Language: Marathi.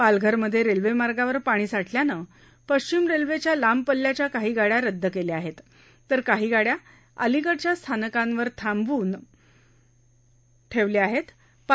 पालघरमध्ये रेल्वेमार्गावर पाणी साठल्यानं पश्चिम रेल्वेच्या लांब पल्ल्याच्या काही गाडया रद्द केल्या आहेत तर काही गाडया अलिकडच्या स्थानकांवर थांबवन ठेवाव्या लागल्या